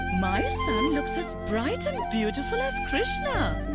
my son looks as bright and beautiful as krishna!